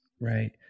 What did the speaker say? Right